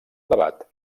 debat